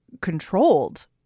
controlled